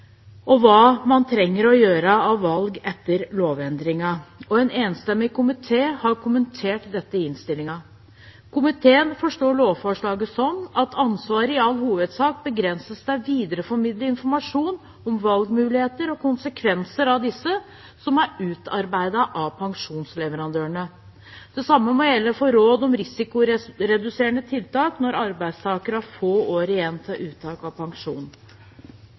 og hva man trenger å gjøre av valg etter lovendringen. En enstemmig komité har kommentert dette i innstillingen. Komiteen forstår lovforslaget slik at ansvaret i all hovedsak begrenses til å videreformidle informasjon om valgmuligheter og konsekvenser av disse som er utarbeidet av pensjonsleverandørene. Det samme må gjelde for råd om risikoreduserende tiltak når arbeidstaker har få år igjen til uttak av pensjon.